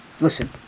Listen